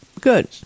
Good